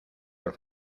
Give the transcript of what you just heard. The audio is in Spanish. por